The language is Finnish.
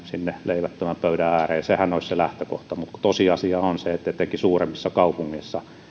leivättömän pöydän ääreen sehän olisi se lähtökohta mutta tosiasia on se että etenkin suuremmissa kaupungeissa